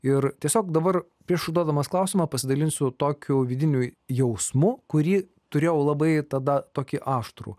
ir tiesiog dabar prieš užduodamas klausimą pasidalinsiu tokiu vidiniu jausmu kurį turėjau labai tada tokį aštrų